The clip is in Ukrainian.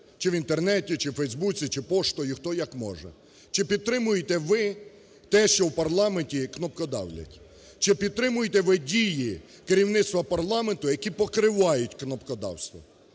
чи в Інтернеті, чи у Фейсбуці, чи поштою, хто як може, чи підтримуєте ви те, що в парламенті кнопкодавлять? Чи підтримуєте ви дії керівництва парламенту, які покривають кнопкодавство?